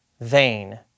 vain